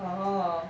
orh